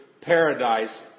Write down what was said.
Paradise